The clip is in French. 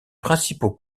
principaux